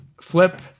flip